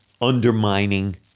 undermining